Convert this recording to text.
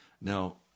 Now